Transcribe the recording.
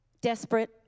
desperate